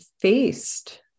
faced